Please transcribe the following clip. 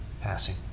passing